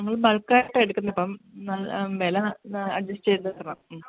നമ്മൾ ബൾക്കാ ആയിട്ടാ എടുക്കുന്നത് അപ്പം വില ഒന്ന് അഡ്ജസ്റ്റ് ചെയ്ത് തരണം മ്മ്